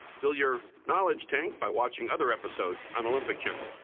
fill your knowledge tank by watching other episodes on olympic channel.